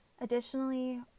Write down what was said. Additionally